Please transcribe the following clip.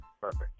Perfect